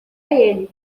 ele